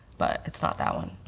but, it's not that one.